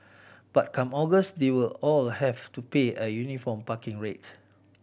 but come August they will all have to pay a uniform parking rate